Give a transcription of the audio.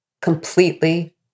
completely